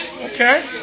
Okay